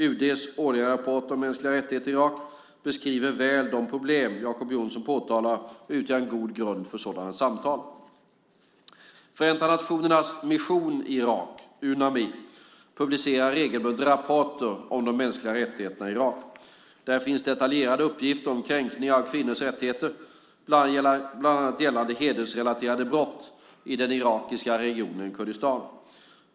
UD:s årliga rapporter om de mänskliga rättigheterna i Irak beskriver väl de problem Jacob Johnson påtalar och utgör en god grund för sådana samtal. Förenta nationernas mission i Irak, Unami, publicerar regelbundet rapporter om de mänskliga rättigheterna i Irak. Där finns detaljerade uppgifter om kränkningar av kvinnors rättigheter, bland annat gällande hedersrelaterade brott i den irakiska regionen Kurdistan.